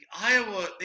Iowa